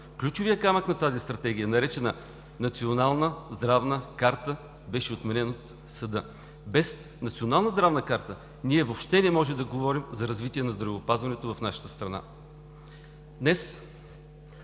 ключовият камък на тази Стратегия, наречена Национална здравна карта, беше отменена от съда. Без Национална здравна карта ние въобще не можем да говорим за развитие на здравеопазването в нашата страна.